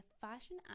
fashion